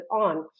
on